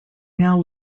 now